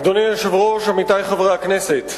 אדוני היושב-ראש, עמיתי חברי הכנסת,